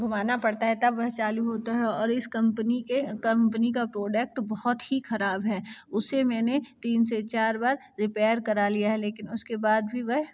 घुमाना पड़ता है तब वह चालू होता है और इस कंपनी के कंपनी का प्रोडक्ट बहुत ही खराब है उसे मैंने तीन से चार बार रिपेयर करा लिया है लेकिन उसके बाद भी वह चलता नहीं है